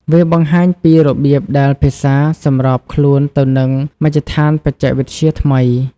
វាបង្ហាញពីរបៀបដែលភាសាសម្របខ្លួនទៅនឹងមជ្ឈដ្ឋានបច្ចេកវិទ្យាថ្មី។